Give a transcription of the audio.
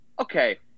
okay